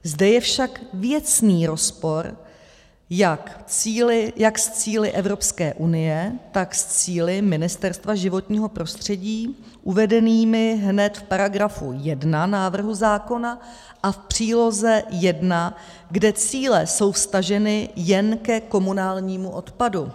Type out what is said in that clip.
Zde je však věcný rozpor jak s cíli Evropské unie, tak s cíli Ministerstva životního prostředí uvedenými hned v § 1 návrhu zákona a v příloze 1, kde cíle jsou vztaženy jen ke komunálnímu odpadu.